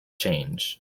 change